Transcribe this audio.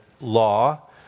law